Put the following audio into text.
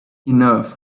enough